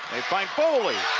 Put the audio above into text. they find foley